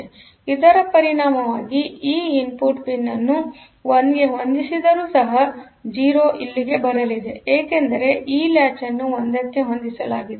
ಆದ್ದರಿಂದ ಇದರ ಪರಿಣಾಮವಾಗಿ ಈ ಇನ್ಪುಟ್ ಪಿನ್ ಅನ್ನು 1 ಗೆ ಹೊಂದಿಸಿದರೂ ಸಹ 0ಇಲ್ಲಿಗೆ ಬರಲಿದೆಏಕೆಂದರೆ ಈ ಲಾಚ್ ಅನ್ನು 1 ಕ್ಕೆ ಹೊಂದಿಸಲಾಗಿದೆ